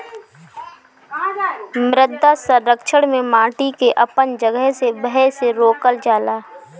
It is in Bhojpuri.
मृदा संरक्षण में माटी के अपन जगह से बहे से रोकल जाला